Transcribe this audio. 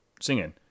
singing